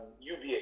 UBA